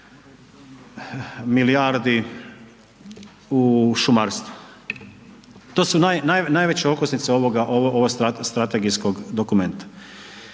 milijardi u šumarstvo. To su najveća okosnica ovoga, ovog strategijskog dokumenta.